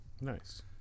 Nice